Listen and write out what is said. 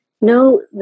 No